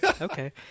Okay